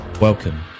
Welcome